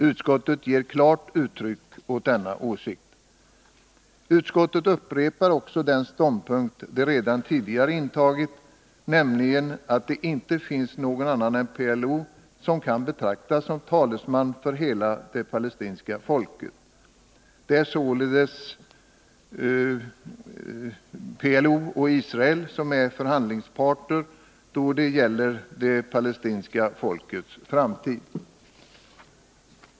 Utskottet ger klart uttryck åt denna åsikt. Utskottet upprepar också den ståndpunkt det redan tidigare intagit, nämligen att det inte finns någon annan än PLO som kan betraktas som talesman för hela det palestinska folket. Det är således PLO och Israel som är förhandlingsparter då det gäller det palestinska folkets framtid.